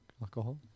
alcohol